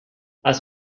als